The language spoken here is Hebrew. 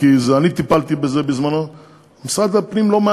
כמו קו מז'ינו במלחמת העולם השנייה,